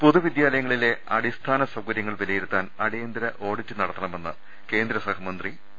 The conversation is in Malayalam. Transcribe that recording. പൊതുവിദ്യാലയങ്ങളിലെ അടിസ്ഥാന സൌകര്യങ്ങൾ വിലയി രുത്താൻ അടിയന്തര ഓഡിറ്റ് നടത്തണമെന്ന് കേന്ദ്ര സഹമന്ത്രി വി